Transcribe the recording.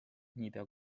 niipea